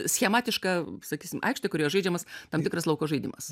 schematiška sakysim aikštė kurioje žaidžiamas tam tikras lauko žaidimas